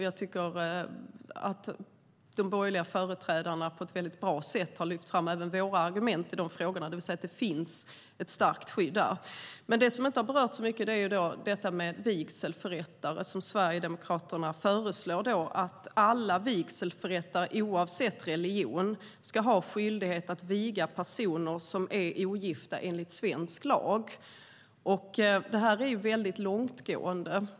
Jag tycker att de borgerliga företrädarna på ett väldigt bra sätt har lyft fram även våra argument i de frågorna, att det finns ett starkt skydd på området. Men det som inte har berörts så mycket gäller vigselförrättare. Sverigedemokraterna föreslår att alla vigselförrättare, oavsett religion, ska ha skyldighet att viga personer som är ogifta enligt svensk lag. Förslaget är väldigt långtgående.